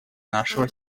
нашего